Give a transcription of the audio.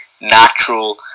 natural